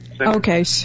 Okay